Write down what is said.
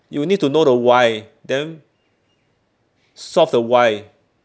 you need to know the why then solve the why